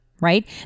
right